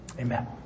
Amen